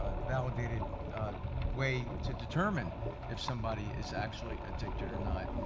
ah validated way to determine if somebody is actually addicted or not.